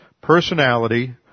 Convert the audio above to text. personality